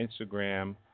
Instagram